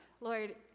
Lord